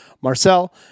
Marcel